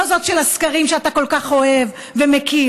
לא זאת של הסקרים שאתה כל כך אוהב ומכיר